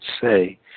say